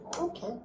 Okay